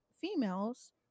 females